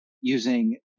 using